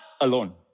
alone